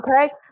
okay